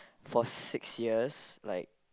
for six years like